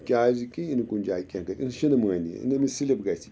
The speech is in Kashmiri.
کیازِکہِ یِنہٕ کُنہِ جایہِ کیٚنٛہہ گہ یِنہٕ شِنہٕ مٲنۍ یی یِنہٕ أمِس سِلِپ گژھِ